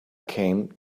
came